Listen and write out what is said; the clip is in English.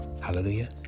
Hallelujah